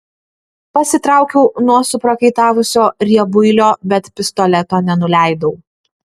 pasitraukiau nuo suprakaitavusio riebuilio bet pistoleto nenuleidau